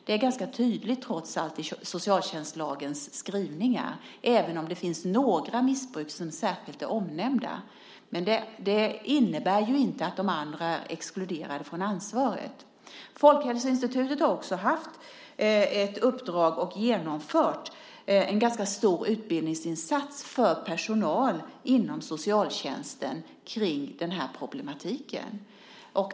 Det är trots allt ganska tydligt i socialtjänstlagens skrivningar, även om det finns några typer av missbruk som är särskilt omnämnda. Men det innebär inte att de andra är exkluderade från ansvaret. Folkhälsoinstitutet har också haft i uppdrag att göra en ganska stor utbildningsinsats, vilket man också har genomfört, för personal inom socialtjänsten när det gäller den här problematiken.